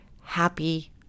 happy